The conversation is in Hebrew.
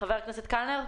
חבר הכנסת קלנר.